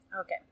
Okay